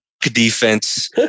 defense